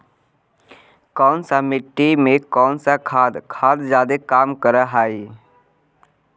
कौन सा मिट्टी मे कौन सा खाद खाद जादे काम कर हाइय?